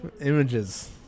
Images